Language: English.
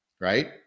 right